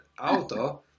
auto